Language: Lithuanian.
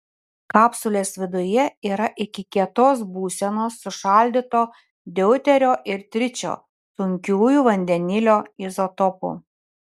kapsulės viduje yra iki kietos būsenos sušaldyto deuterio ir tričio sunkiųjų vandenilio izotopų